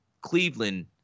Cleveland—